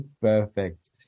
Perfect